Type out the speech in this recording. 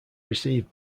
received